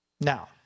Now